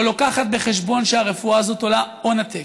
לא מביאה בחשבון שהרפואה הזאת עולה הון עתק.